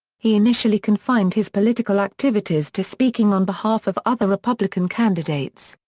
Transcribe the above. he initially confined his political activities to speaking on behalf of other republican candidates,